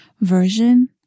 version